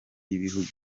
y’ibihugu